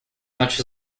much